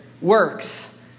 works